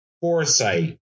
foresight